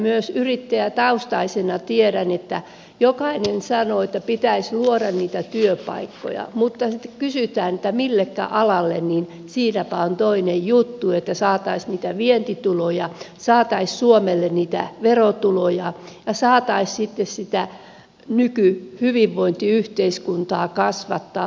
myös yrittäjätaustaisena tiedän että jokainen sanoo että pitäisi luoda niitä työpaikkoja mutta sitten kun kysytään että millekä alalle niin siinäpä on toinen juttu että saataisiin niitä vientituloja saataisiin suomelle niitä verotuloja ja saataisiin sitten sitä nykyhyvinvointiyhteiskuntaa kasvattaa